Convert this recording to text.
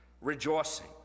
rejoicing